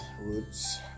roots